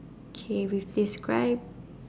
kay we've described